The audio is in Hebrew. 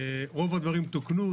רוב הדברים תוקנו.